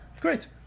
Great